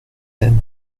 aime